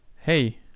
Hey